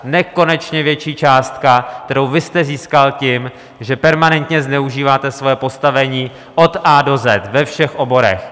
Nekonečně větší částka, kterou vy jste získal tím, že permanentně zneužíváte svoje postavení od A do Z ve všech oborech.